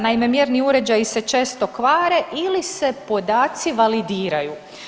Naime, mjerni uređaji se često kvare ili se podaci validiraju.